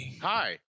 Hi